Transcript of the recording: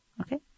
okay